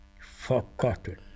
forgotten